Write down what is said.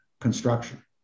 construction